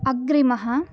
अग्रिमः